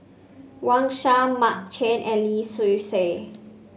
Wang Sha Mark Chan and Lee Seow Ser